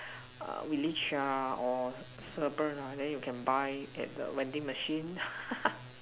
uh we leach a or urban lah then you can buy at the vending machine